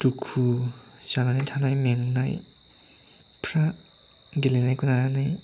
दुखु जानानै थानाय मेंनायफ्रा गेलेनायखौ लानानै